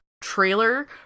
trailer